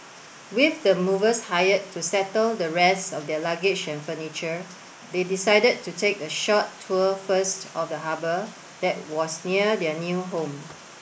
with the movers hired to settle the rest of their luggage and furniture they decided to take a short tour first of the harbour that was near their new home